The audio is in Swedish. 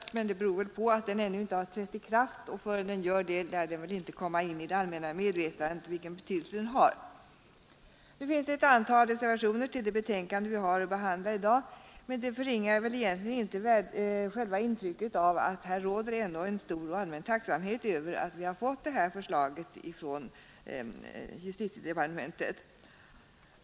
Det beror förmodligen på att den ännu inte har trätt i kraft; innan den gjort det lär det väl inte komma in i det allmänna medvetandet vilken betydelse den har. Det finns ett antal reservationer till det betänkande vi har att behandla i dag, men det förringar egentligen inte intrycket av att det råder en känsla av stor och allmän tacksamhet över att vi har fått det här förslaget från justitiedepartementet.